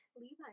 Levi